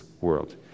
world